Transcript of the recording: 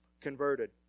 converted